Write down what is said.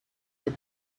your